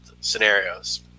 scenarios